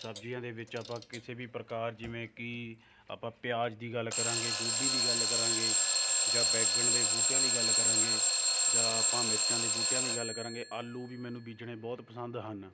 ਸਬਜ਼ੀਆਂ ਦੇ ਵਿੱਚ ਆਪਾਂ ਕਿਸੇ ਵੀ ਪ੍ਰਕਾਰ ਜਿਵੇਂ ਕਿ ਆਪਾਂ ਪਿਆਜ ਦੀ ਗੱਲ ਕਰਾਂਗੇ ਗੋਭੀ ਦੀ ਗੱਲ ਕਰਾਂਗੇ ਜਾਂ ਬੈਂਗਣ ਦੇ ਬੂਟਿਆਂ ਦੀ ਗੱਲ ਕਰਾਂਗੇ ਜਾਂ ਆਪਾਂ ਮਿਰਚਾਂ ਦੇ ਬੂਟਿਆਂ ਦੀ ਗੱਲ ਕਰਾਂਗੇ ਆਲੂ ਵੀ ਮੈਨੂੰ ਬੀਜਣੇ ਬਹੁਤ ਪਸੰਦ ਹਨ